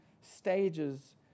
stages